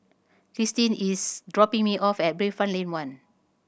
Krystin is dropping me off at Bayfront Lane One